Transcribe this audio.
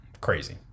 Crazy